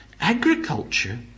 Agriculture